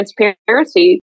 transparency